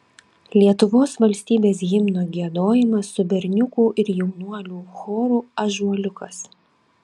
lietuvos valstybės himno giedojimas su berniukų ir jaunuolių choru ąžuoliukas